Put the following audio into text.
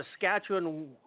Saskatchewan